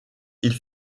ils